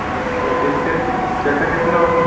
और और इसके पैसे कितने होंगे